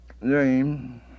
name